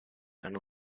and